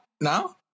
now